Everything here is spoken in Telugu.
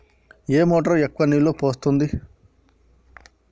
ఏ మోటార్ ఎక్కువ నీళ్లు పోస్తుంది?